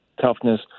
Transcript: toughness